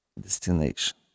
destination